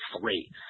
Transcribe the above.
three